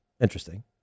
interesting